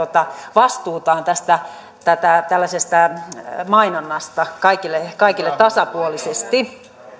vastuutaan tällaisesta mainonnasta kaikille kaikille tasapuolisesti